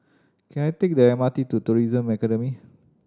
can I take the M R T to Tourism Academy